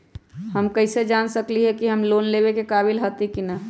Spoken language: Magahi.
हम कईसे जान सकली ह कि हम लोन लेवे के काबिल हती कि न?